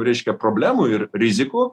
reiškia problemų ir rizikų